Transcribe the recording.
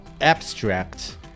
abstract